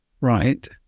Right